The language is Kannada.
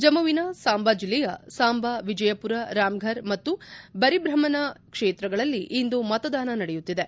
ಜಮ್ಮವಿನ ಸಾಂಬಾ ಜಿಲ್ಲೆಯ ಸಾಂಬಾ ವಿಜಯಪುರ ರಾಮ್ಫರ್ ಮತ್ತು ಬರಿಬ್ರಹ್ಮನ ಕ್ಷೇತ್ರಗಳಲ್ಲಿ ಇಂದು ಮತದಾನ ನಡೆಯುತ್ತಿದೆ